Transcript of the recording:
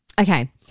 Okay